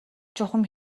чухам